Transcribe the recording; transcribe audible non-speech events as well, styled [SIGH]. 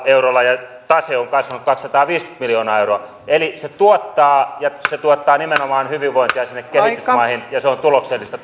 eurolla ja tase on kasvanut kaksisataaviisikymmentä miljoonaa euroa eli se tuottaa ja se tuottaa nimenomaan hyvinvointia sinne kehitysmaihin ja se on tuloksellista [UNINTELLIGIBLE]